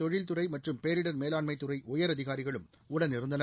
தொழில்துறை மற்றும் பேரிடர் மேலாண்மைதுறை உயரதிகாரிகளும் உடனிருந்தனர்